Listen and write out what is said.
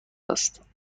است